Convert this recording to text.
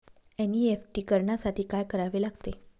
NEFT करण्यासाठी काय करावे लागते?